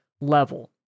level